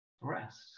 Rest